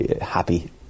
happy